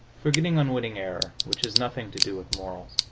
forgetting unwitting error, which has nothing to do with morals,